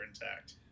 intact